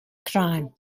crime